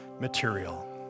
material